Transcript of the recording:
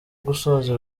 gusoza